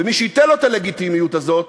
ומי שייתן לו את הלגיטימיות הזאת